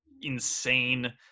insane